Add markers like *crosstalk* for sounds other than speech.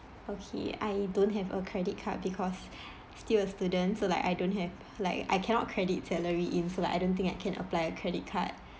okay I don't have a credit card because *breath* still a student so like I don't have like I cannot credit salary in so like I don't think I can apply a credit card